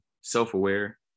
self-aware